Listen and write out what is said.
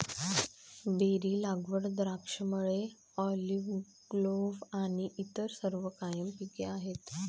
berry लागवड, द्राक्षमळे, olive grove आणि इतर सर्व कायम पिके आहेत